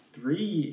Three